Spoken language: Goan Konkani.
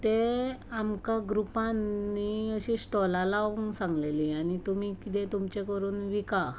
तें आमकां ग्रुपान न्हय अशीं स्टॉलां लावूंक सांगलेलीं आनी तुमी कितें तुमचें करून विंका